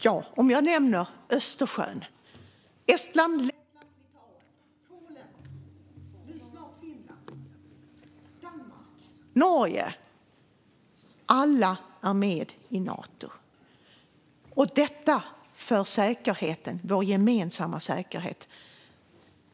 Fru talman! Låt mig nämna Östersjön, det vill säga Estland, Lettland och Litauen samt Polen - nu snart Finland - Danmark och Norge - alla är med i Nato. Detta är för vår gemensamma säkerhet.